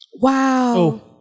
Wow